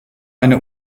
eine